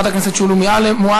חברת הכנסת שולי מועלם,